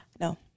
No